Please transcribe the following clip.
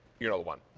you know the one.